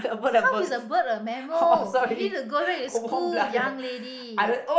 how is a bird a mammal you need to go back to school young lady